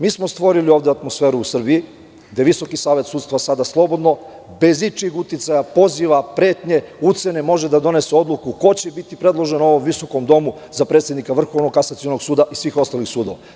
Mi smo stvorili atmosferu u Srbiji, gde Visoki savet sudstva sada slobodno, bez ičijeg uticaja poziva pretnje, ucene, može da donese odluku ko će biti predložen ovom visokom domu za predsednika Vrhovnog kasacionog suda i svih ostalih sudova.